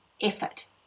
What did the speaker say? effort